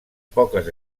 poques